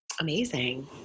amazing